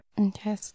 Okay